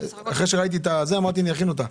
אחרי שראיתי את זה, אמרתי, אני אכין אותה.